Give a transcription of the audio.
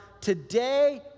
Today